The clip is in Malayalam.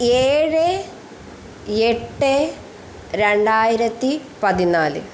ഏഴ് എട്ട് രണ്ടായിരത്തി പതിനാല്